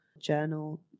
journal